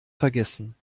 vergessen